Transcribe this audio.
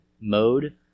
mode